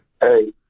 Hey